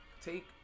Take